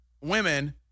women